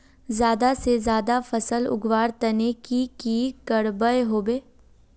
ज्यादा से ज्यादा फसल उगवार तने की की करबय होबे?